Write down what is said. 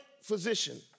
physician